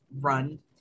run